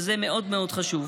שזה מאוד מאוד חשוב.